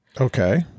Okay